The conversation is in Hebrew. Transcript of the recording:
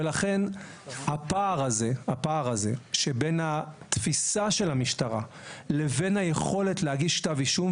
ולכן הפער הזה שבין התפיסה של המשטרה לבין היכולת להגיש כתב אישום,